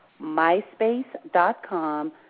myspace.com